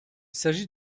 s’agit